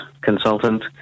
consultant